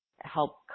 help